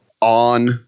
on